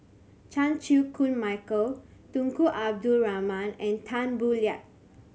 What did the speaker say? Chan Chew Koon Michael Tunku Abdul Rahman and Tan Boo Liat